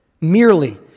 merely